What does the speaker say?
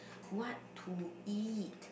what to eat